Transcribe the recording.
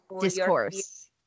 discourse